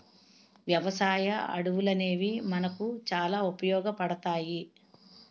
వ్యవసాయ అడవులనేవి మనకు చాలా ఉపయోగపడతాయి